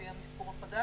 בעלים של כלב או חתול,